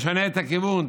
תשנה את הכיוון,